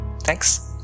Thanks